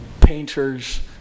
painters